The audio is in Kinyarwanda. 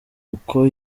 uko